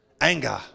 anger